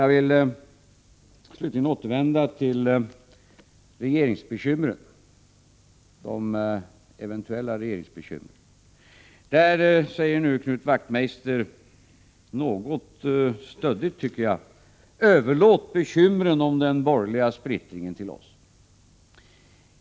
Jag vill slutligen återvända till de eventuella regeringsbekymren. Knut Wachtmeister säger något stöddigt, tycker jag: Överlåt bekymren om den borgerliga splittringen till oss!